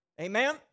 Amen